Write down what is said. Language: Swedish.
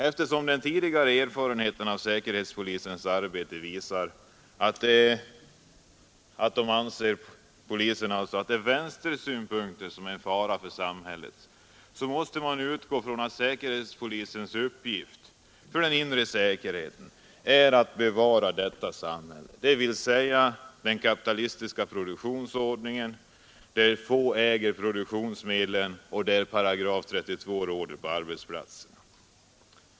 Eftersom den tidigare erfarenheten av säkerhetspolisens arbete visar att den anser att det är vänstersynpunkter som är en fara för samhället, måste man utgå från att säkerhetspolisens uppgift i fråga om den inre säkerheten är att bevara detta samhälle, dvs. den kapitalistiska produk tionsordningen, där få äger produktionsmedlen och där § 32 råder på Nr 37 arbetsplatserna.